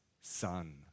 son